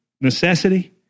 necessity